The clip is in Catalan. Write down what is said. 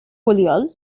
poliol